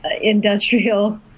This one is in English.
industrial